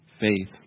Faith